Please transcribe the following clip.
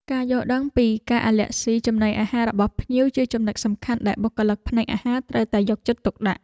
ការយល់ដឹងពីការអាឡែស៊ីចំណីអាហាររបស់ភ្ញៀវជាចំណុចសំខាន់ដែលបុគ្គលិកផ្នែកអាហារត្រូវតែយកចិត្តទុកដាក់។